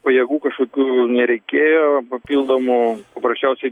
pajėgų kažkokių nereikėjo papildomų paprasčiausiai